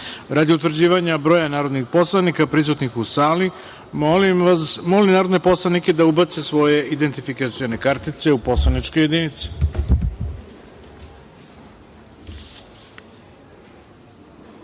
utvrđivanja broja narodnih poslanika prisutnih u sali, molim narodne poslanike da ubace svoje identifikacione kartice u poslaničke